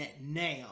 now